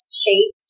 shape